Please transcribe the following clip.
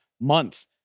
month